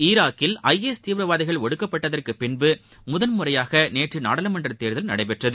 ஈராக்கில் ஐஎஸ் தீவிரவாதிகள் ஒடுக்கப்பட்டதற்கு பின்பு முதன்முறையாக நேற்று நாடாளுமன்றத் தேர்தல் நடைபெற்றது